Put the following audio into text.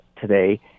today